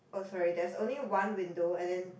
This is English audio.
oh sorry there's only one window and then